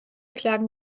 klagen